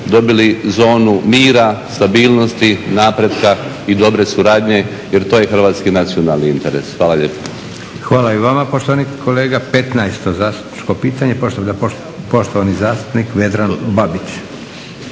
dobili zonu mira, stabilnosti, napretka i dobre suradnje jer to je hrvatski nacionalni interes. Hvala. **Leko, Josip (SDP)** Hvala i vama poštovani kolega. Petnaesto zastupničko pitanje, poštovani zastupnik Vedran Babić.